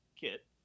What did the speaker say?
kit